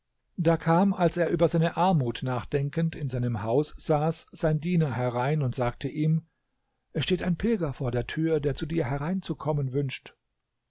da kam als er über seine armut nachdenkend in seinem haus saß sein diener herein und sagte ihm es steht ein pilger vor der tür der zu dir hereinzukommen wünscht